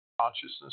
consciousness